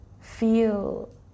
Feel